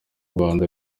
rwanda